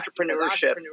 entrepreneurship